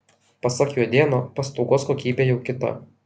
pasak juodėno paslaugos kokybė jau kita